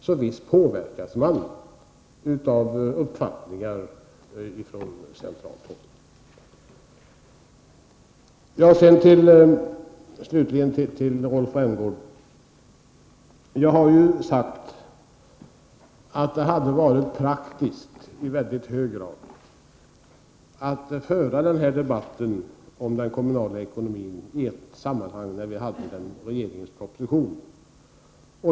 Så visst påverkas man av uppfattningar på centralt håll! Slutligen vill jag säga till Rolf Rämgård att jag redan har framhållit att det hade varit i hög grad praktiskt att föra debatten om den kommunala ekonomin i ett sammanhang när vi hade regeringens proposition.